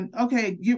okay